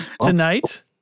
Tonight